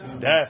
death